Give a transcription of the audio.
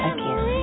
Again